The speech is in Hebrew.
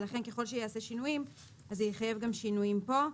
ולכן ככל שייעשו שינויים זה יחייב גם שינויים פה.